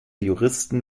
juristen